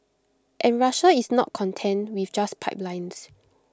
and Russia is not content with just pipelines